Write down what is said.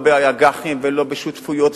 לא באג"חים ולא בשותפויות,